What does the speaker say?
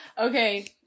Okay